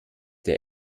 der